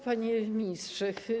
Panie Ministrze!